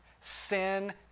Sin